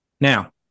Now